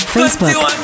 Facebook